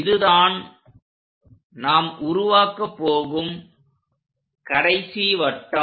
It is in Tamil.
இதுதான் நாம் உருவாக்கப் போகும் கடைசி வட்டம்